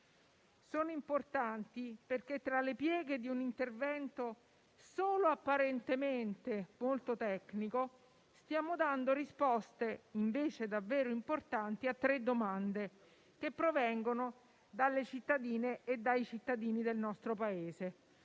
sono importanti, perché, tra le pieghe di un intervento solo apparentemente molto tecnico, stiamo dando risposte invece davvero importanti a tre domande, che provengono dalle cittadine e dai cittadini del Paese: